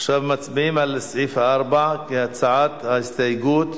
לסעיף השני.